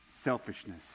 Selfishness